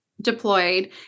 deployed –